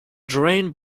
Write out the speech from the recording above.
drained